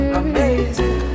amazing